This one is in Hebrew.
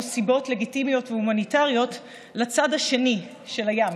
סיבות לגיטימיות והומניטריות לצד השני של הים,